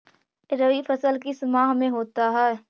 रवि फसल किस माह में होता है?